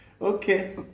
Okay